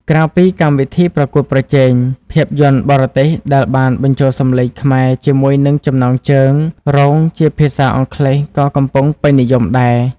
ក្រៅពីកម្មវិធីប្រកួតប្រជែង ភាពយន្តបរទេសដែលបានបញ្ចូលសំឡេងខ្មែរជាមួយនឹងចំណងជើងរងជាភាសាអង់គ្លេសក៏កំពុងពេញនិយមផងដែរ។